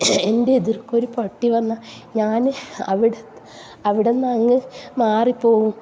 എൻ്റെഎതിർക്കൊരു പട്ടി വന്നാൽ ഞാൻ അവിടെ അവിടന്നങ്ങ് മാറിപ്പോവും